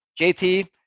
JT